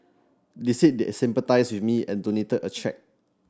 they said they sympathised with me and donated a cheque